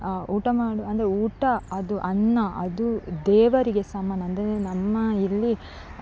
ಊಟ ಮಾಡುವ ಅಂದರೆ ಊಟ ಅದು ಅನ್ನ ಅದು ದೇವರಿಗೆ ಸಮಾನ ಅಂದರೆ ನಮ್ಮ ಇಲ್ಲಿ